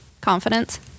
confidence